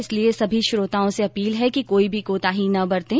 इसलिए सभी श्रोताओं से अपील है कि कोई भी कोताही न बरतें